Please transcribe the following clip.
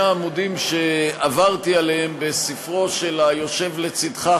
העמודים שעברתי עליהם בספרו של היושב לצדך,